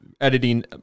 editing